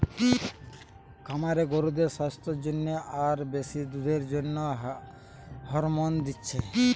খামারে গরুদের সাস্থের জন্যে আর বেশি দুধের জন্যে হরমোন দিচ্ছে